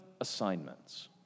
assignments